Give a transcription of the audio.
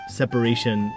separation